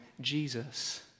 Jesus